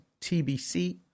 TBC